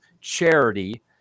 charity